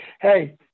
Hey